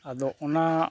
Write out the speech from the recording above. ᱟᱫᱚ ᱚᱱᱟ